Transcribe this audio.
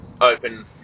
open